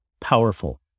powerful